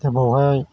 दा बेयावहाय